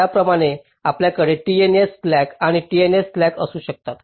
त्याचप्रमाणे आपल्याकडे TNS slack आणि TNS स्लॅक असू शकतात